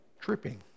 tripping